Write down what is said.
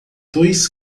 dois